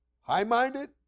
high-minded